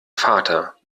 vater